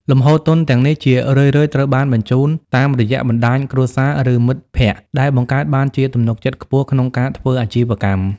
លំហូរទុនទាំងនេះជារឿយៗត្រូវបានបញ្ជូនតាមរយៈបណ្ដាញគ្រួសារ ឬមិត្តភក្ដិ ដែលបង្កើតបានជាទំនុកចិត្តខ្ពស់ក្នុងការធ្វើអាជីវកម្ម។